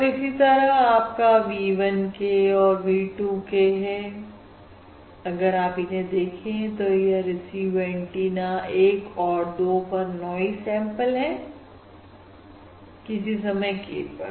और इसी तरह आपका v 1 k और v 2 k अगर आप इन्हें देखें तो यह रिसीव एंटीना 1 और 2 पर नॉइज सैंपल है किस समय k पर